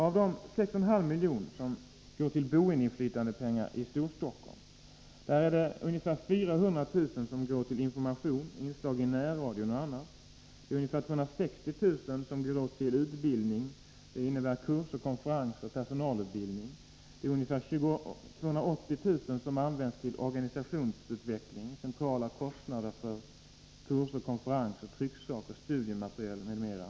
Av de 6,5 milj.kr. som är boendeinflytandepengar i Storstockholm går ungefär 400 000 kr. till information — inslag i närradion och annat —, och ungefär 260 000 kr. går till utbildning — kurser, konferenser och personalutbildning. Ca 280 000 kr. används till organisationsutveckling: centrala kostnader för kurser och konferenser, trycksaker, studiematerial m.m.